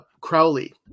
Crowley